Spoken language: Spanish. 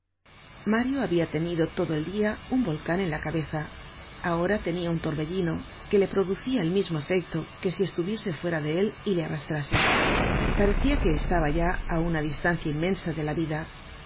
mario habia tenido todo el dia un volcan en la cabeza ahora tenia un torbellino que le producia el mismo efecto que si estuviese fuera de él y le arrastrase parecia que estaba ya á una distancia inmensa de la vida